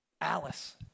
Alice